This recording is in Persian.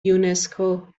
یونسکو